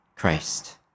Christ